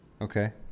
okay